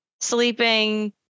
sleeping